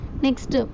Next